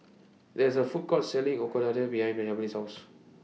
There IS A Food Court Selling Ochazuke behind Jameel's House